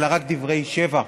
אלא רק דברי שבח.